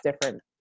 different